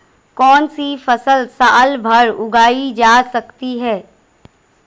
कौनसी फसल साल भर उगाई जा सकती है?